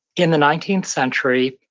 in the nineteen century,